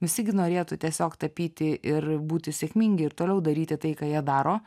visi gi norėtų tiesiog tapyti ir būti sėkmingi ir toliau daryti tai ką jie daro